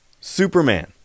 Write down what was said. Superman